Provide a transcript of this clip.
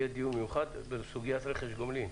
יהיה דיון מיוחד בסוגיית רכש גומלין.